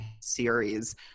series